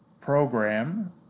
program